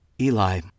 Eli